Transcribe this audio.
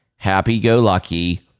happy-go-lucky